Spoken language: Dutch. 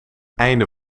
einde